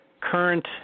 Current